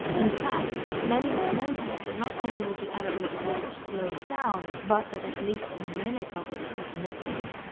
in fact, many have noticed that not only was the elevator footage slowed down, but that at least a minute of it is missing.